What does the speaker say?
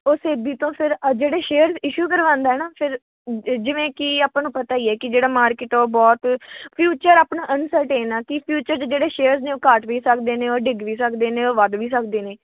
ਉਹ ਸੇਬੀ ਤੋਂ ਫਿਰ ਅ ਜਿਹੜੇ ਸ਼ੇਅਰਸ ਇਸ਼ੂ ਕਰਵਾਉਂਦਾ ਹੈ ਨਾ ਫਿਰ ਜ ਜਿਵੇਂ ਕਿ ਆਪਾਂ ਨੂੰ ਪਤਾ ਹੀ ਹੈ ਕਿ ਜਿਹੜਾ ਮਾਰਕੀਟ ਆ ਉਹ ਬਹੁਤ ਫਿਊਚਰ ਆਪਣਾ ਅੰਨਸਰਟੇਨ ਆ ਕਿ ਫਿਊਚਰ 'ਚ ਜਿਹੜੇ ਸ਼ੇਅਰਸ ਨੇ ਉਹ ਘੱਟ ਵੀ ਸਕਦੇ ਨੇ ਉਹ ਡਿੱਗ ਵੀ ਸਕਦੇ ਨੇ ਉਹ ਵੱਧ ਵੀ ਸਕਦੇ ਨੇ